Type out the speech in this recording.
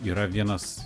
yra vienas